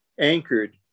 anchored